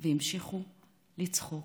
והמשיכו לצחוק.